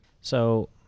So-